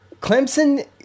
Clemson